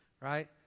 Right